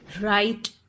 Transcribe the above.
Right